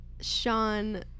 Sean